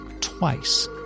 twice